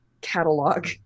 catalog